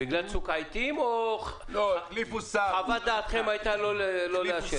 בגלל צוק העתים או שחוות דעתכם הייתה לא לאשר?